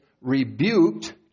rebuked